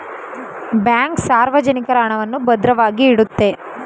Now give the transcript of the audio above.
bank ಸಾರ್ವಜನಿಕರ ಹಣವನ್ನು ಭದ್ರವಾಗಿ ಇಡುತ್ತೆ